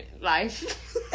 life